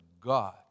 God